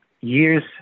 years